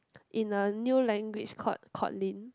in a new language called Codlin